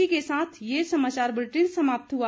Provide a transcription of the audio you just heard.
इसी के साथ ये समाचार बुलेटिन समाप्त हुआ